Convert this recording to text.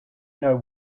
know